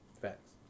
Facts